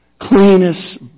cleanest